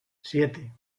siete